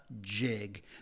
jig